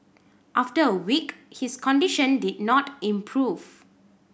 after a week his condition did not improve